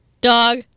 dog